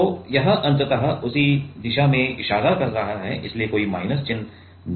तो यह अंततः उसी दिशा में इशारा कर रहा है इसलिए कोई माइनस चिन्ह नहीं होगा